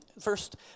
first